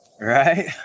Right